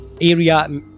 area